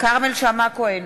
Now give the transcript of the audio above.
כרמל שאמה-הכהן,